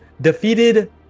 defeated